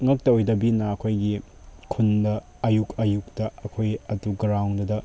ꯉꯥꯛꯇ ꯑꯣꯏꯗꯕꯅꯤꯅ ꯑꯩꯈꯣꯏꯒꯤ ꯈꯨꯟꯗ ꯑꯌꯨꯛ ꯑꯌꯨꯛꯇ ꯑꯩꯈꯣꯏ ꯑꯗꯨ ꯒ꯭ꯔꯥꯎꯟꯗꯨꯗ